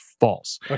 false